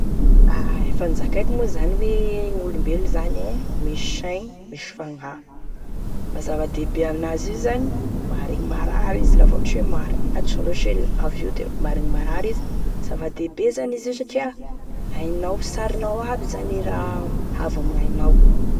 A efa nozakaiko moa zany hoe gn'olombelo misy saigny misy fagnahy, maha zavadehibe amin'azy io zany maharegny marary izy lefa ohatry hoe maratry rehefa ohatry hoe lavo io da maregny marary izy, zavadehibe izany satria hainao saronao aby zany e raha avy amignainao.